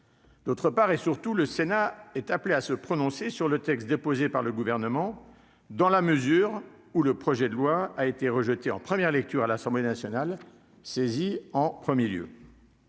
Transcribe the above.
D'autre part et surtout, le Sénat est appelé à se prononcer sur le texte déposé par le gouvernement dans la mesure où le projet de loi a été rejeté en première lecture à l'Assemblée nationale, saisi en 1er lieu.